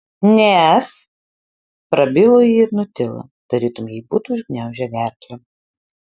nes prabilo ji ir nutilo tarytum jai būtų užgniaužę gerklę